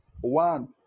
One